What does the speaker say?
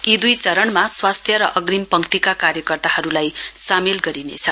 यी दुई चरणमा स्वास्थ्य र अग्रिम पंक्तिका कार्यकर्ताहरूलाई सामेल गरिनेछ